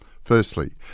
Firstly